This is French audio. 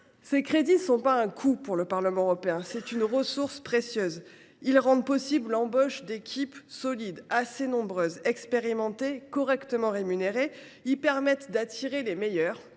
Ces crédits ne sont pas un coût pour le Parlement européen : il s’agit d’une ressource précieuse ! Ils rendent possible l’embauche d’équipes solides, assez nombreuses, expérimentées, correctement rémunérées. Ils permettent d’attirer les meilleurs